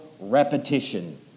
repetition